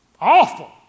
Awful